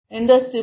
industry 4